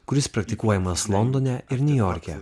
kuris praktikuojamas londone ir niujorke